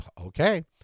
okay